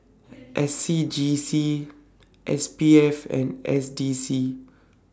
S C G C S P F and S D C